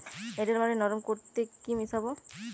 এঁটেল মাটি নরম করতে কি মিশাব?